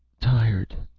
tired.